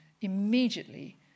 immediately